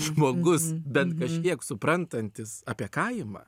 žmogus bent kažkiek suprantantis apie kaimą